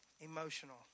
emotional